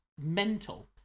mental